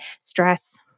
stress